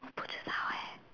我不知道 eh